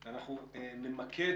הדיון,